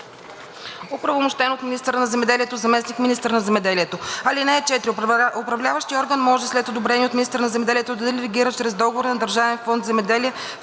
оправомощен от министъра на земеделието, заместник-министър на земеделието. (4) Управляващият орган може след одобрение от министъра на земеделието да делегира чрез договор на Държавен фонд „Земеделие“